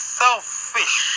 selfish